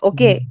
Okay